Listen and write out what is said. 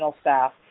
staff